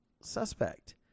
suspect